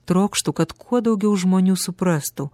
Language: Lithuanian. trokštu kad kuo daugiau žmonių suprastų